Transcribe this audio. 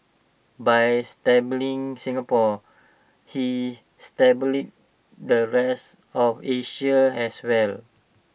by stabilising Singapore he stabilised the rest of Asia as well